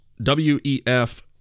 WEF